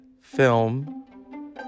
film